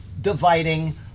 dividing